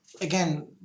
Again